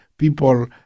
People